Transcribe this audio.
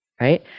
Right